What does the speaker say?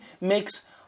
makes